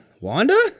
Wanda